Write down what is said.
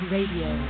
Radio